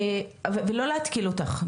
ולא להתקיל אותך,